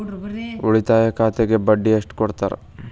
ಉಳಿತಾಯ ಖಾತೆಗೆ ಬಡ್ಡಿ ಎಷ್ಟು ಕೊಡ್ತಾರ?